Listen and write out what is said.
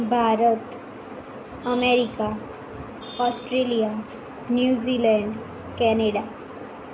Bharat America Australia New Zealand Canada